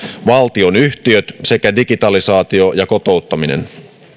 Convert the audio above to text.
valtionyhtiöt sekä digitalisaatio ja kotouttaminen